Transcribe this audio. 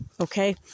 okay